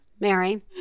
Mary